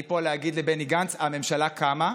אני פה להגיד לבני גנץ: הממשלה קמה,